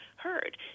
heard